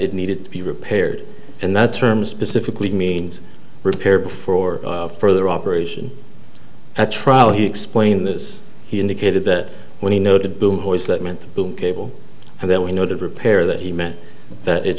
it needed to be repaired and that term specifically means repair before further operation at trial he explained this he indicated that when he noted boom hoist that meant the boom cable and then we noted repair that he meant that it